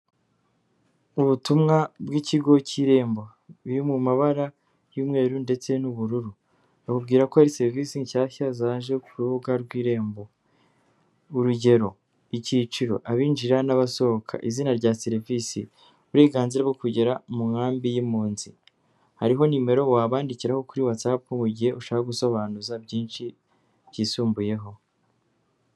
Ubutumwa bw'ikigo cy'Irembo buri mu mabara y'umweru ndetse n'ubururu, bakubwira ko ari serivisi nshyashya zaje ku rubuga rw'Irembo, urugero icyiciro abinjira n'abasohoka, izina rya serivisi, uburenganzira bwo kugera mu nkambi y'impunzi, hariho nimero wabandikiraho kuri watsapu mu gihe ushaka gusobanuza byinshi byisumbuyeho.